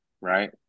right